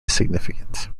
significant